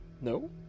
No